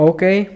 Okay